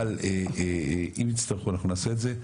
אבל אם יצטרכו אנחנו נעשה את זה.